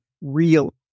real